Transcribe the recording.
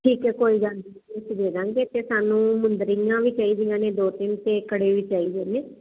ਠੀਕ ਹ ਕੋਈ ਗੱਲ ਨਹੀਂ ਤੇ ਸਾਨੂੰ ਮੁੰਦਰੀਆਂ ਵੀ ਚਾਹੀਦੀਆਂ ਨੇ ਦੋ ਤਿੰਨ ਤੇ ਕੜੇ ਵੀ ਚਾਹੀਦੇ ਨੇ